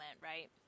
right